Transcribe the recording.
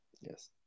Yes